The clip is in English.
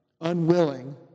unwilling